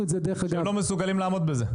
שהם לא מסוגלים לעמוד בזה.